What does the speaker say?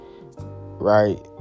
right